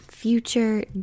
future